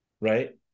right